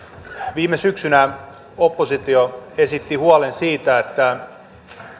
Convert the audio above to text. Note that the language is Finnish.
viime syksynä oppositio esitti huolen siitä että